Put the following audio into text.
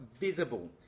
visible